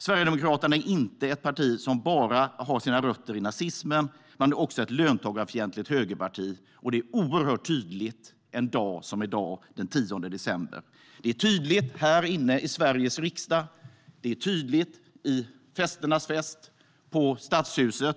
Sverigedemokraterna är inte bara ett parti som har sina rötter i nazismen, utan man är också ett löntagarfientligt högerparti. Det är oerhört tydligt en dag som denna, den 10 december. Det är tydligt här inne i Sveriges riksdag, och det är tydligt på festernas fest, Nobelfesten, i Stadshuset.